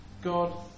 God